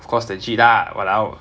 of course legit lah !walao!